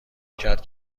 کرد